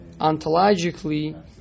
ontologically